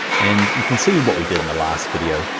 and you can see what we did in the last video,